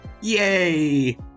Yay